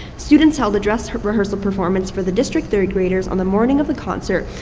students held a dress rehearsal performance for the district third graders on the morning of the concert,